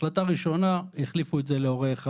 בהחלטה הראשונה החליפו להורה 1,